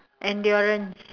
endurance